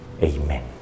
Amen